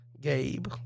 Gabe